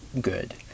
good